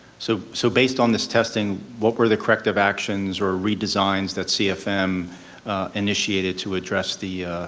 so so based on this testing, what were the corrective actions or redesigns that cfm initiated to address the